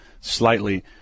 slightly